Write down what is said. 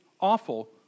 awful